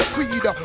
Creed